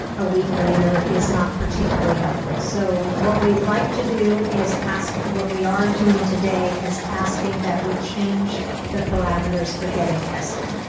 a week later is not particularly helpful. so what we'd like to do is ask, what we are doing today, is asking that we change the parameters for getting testing.